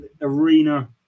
arena